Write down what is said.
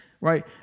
right